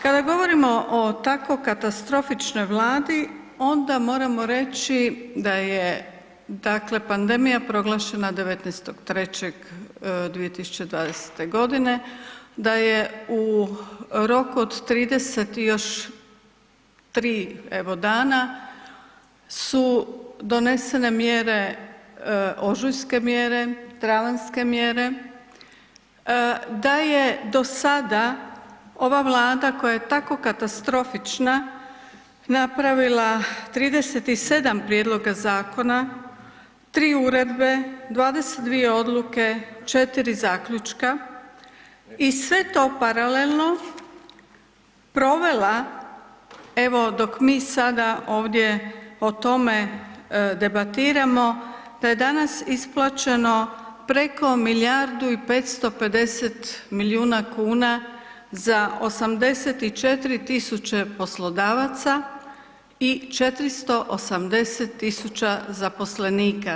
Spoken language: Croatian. Kada govorimo o tako katastrofičnoj Vladi onda moramo reći da je, dakle pandemija proglašena 19.3.2020.g., da je u roku od 30 i još 3 evo dana su donesene mjere, ožujske mjere, travanjske mjere, da je do sada ova Vlada koja je tako katastrofična napravila 37 prijedloga zakona, 3 uredbe, 22 odluke, 4 zaključka i sve to paralelno provela, evo dok mi sada ovdje o tome debatiramo, to je danas isplaćeno preko milijardu i 550 milijuna kuna za 84 000 poslodavaca i 480 000 zaposlenika.